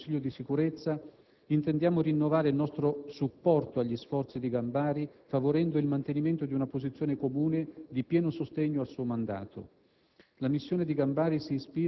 Anche in qualità di membri del Consiglio di Sicurezza intendiamo rinnovare il nostro supporto agli sforzi di Gambari favorendo il mantenimento di una posizione comune di pieno sostegno al suo mandato.